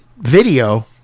video